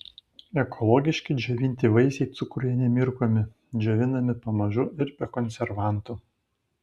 ekologiški džiovinti vaisiai cukruje nemirkomi džiovinami pamažu ir be konservantų